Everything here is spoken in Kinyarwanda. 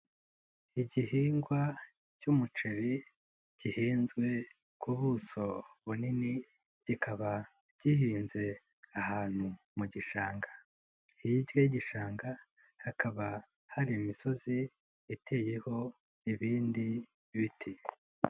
Igihingwa cy'umuceri gihinzwe ku buso bunini kikaba gihinze ahantu mu gishanga, hirya y'igishanga hakaba hari imisozi iteyeho ibindi biti.